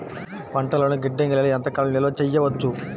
పంటలను గిడ్డంగిలలో ఎంత కాలం నిలవ చెయ్యవచ్చు?